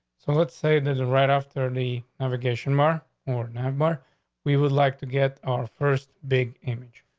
so let's say this right after the obligation mark or number, we would like to get our first big image.